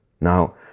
Now